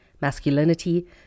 masculinity